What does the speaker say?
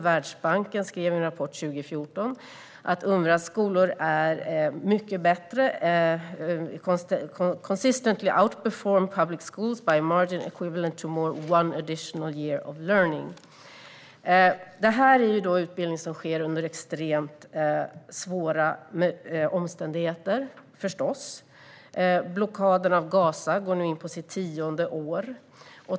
Världsbanken skrev i en rapport från 2014 att Unrwas skolor är mycket bättre - consistently outperform public school by a margin equivalent to more than one additional year of learning. Den här utbildningen sker förstås under extremt svåra omständigheter. Blockaden av Gaza går nu in på sitt tionde år.